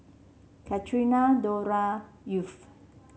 Catrina Dora Yvette